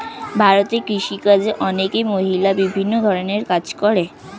ভারতে কৃষিকাজে অনেক মহিলা বিভিন্ন ধরণের কাজ করে